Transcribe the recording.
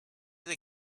the